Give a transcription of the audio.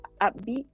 upbeat